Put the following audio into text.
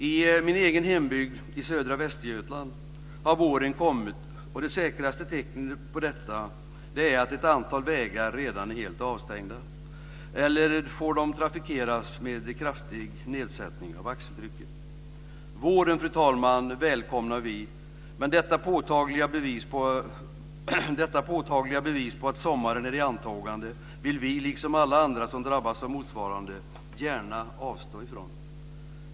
I min egen hembygd i södra Västergötland har våren kommit. Och det säkraste tecknet på detta är att ett antal vägar redan är helt avstängda eller får trafikeras med kraftig nedsättning av axeltrycket. Vi välkomnar våren, fru talman, men detta påtagliga bevis på att sommaren är i antågande vill vi, liksom alla andra som drabbas av motsvarande, gärna avstå ifrån.